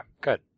good